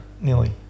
nearly